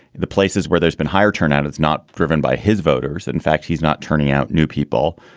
the places where there's been higher turnout, it's not driven by his voters. in fact, he's not turning out new people.